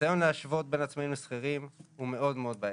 הניסיון להשוות בין עצמאים לשכירים הוא מאוד מאוד בעייתי.